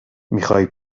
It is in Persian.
میخای